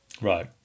Right